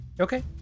Okay